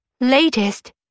latest